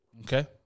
okay